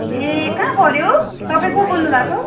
ए कहाँ पर्यो तपाईँ को बोल्नु भएको